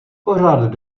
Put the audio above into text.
pořád